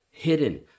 Hidden